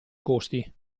costi